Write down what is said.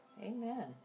Amen